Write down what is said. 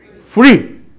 Free